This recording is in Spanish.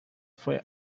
fue